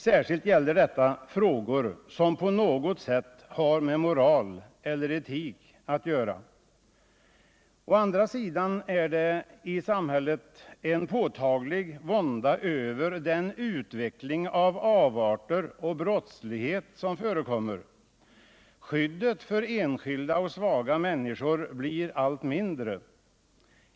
Särskilt gäller detta frågor som på något sätt har med moral eller etik att göra. Å andra sidan är det i samhället en påtaglig vånda över den utveckling av avarter och brottslighet som förekommer. Skyddet för enskilda och svaga människor blir allt mindre.